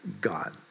God